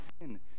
sin